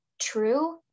true